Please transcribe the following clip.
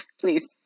Please